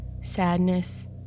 sadness